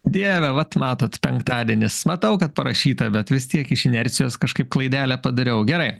dieve vat matot penktadienis matau kad parašyta bet vis tiek iš inercijos kažkaip klaidelę padariau gerai